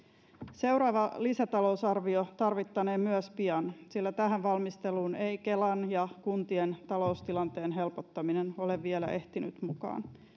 seuraava lisätalousarvio tarvittaneen myös pian sillä tähän valmisteluun ei kelan ja kuntien taloustilanteen helpottaminen ole vielä ehtinyt mukaan